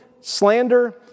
slander